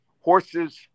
horses